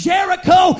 Jericho